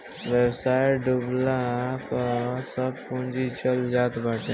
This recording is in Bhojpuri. व्यवसाय डूबला पअ सब पूंजी चल जात बाटे